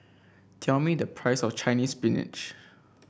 tell me the price of Chinese Spinach